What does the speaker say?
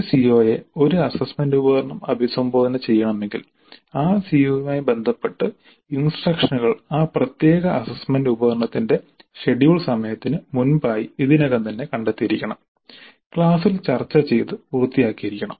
ഒരു സിഒയെ ഒരു അസ്സസ്സ്മെന്റ് ഉപകരണം അഭിസംബോധന ചെയ്യണമെങ്കിൽ ആ സിഒയുമായി ബന്ധപ്പെട്ട ഇൻസ്ട്രക്ഷനുകൾ ആ പ്രത്യേക അസ്സസ്സ്മെന്റ് ഉപകരണത്തിന്റെ ഷെഡ്യൂൾ സമയത്തിന് മുമ്പായി ഇതിനകം തന്നെ കണ്ടെത്തിയിരിക്കണം ക്ലാസിൽ ചർച്ച ചെയ്ത് പൂർത്തിയാക്കിയിരിക്കണം